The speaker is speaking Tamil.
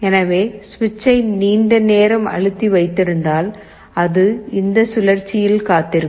எனவே சுவிட்சை நீண்ட நேரம் அழுத்தி வைத்திருந்தால் அது இந்த சுழற்சியில் காத்திருக்கும்